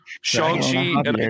Shang-Chi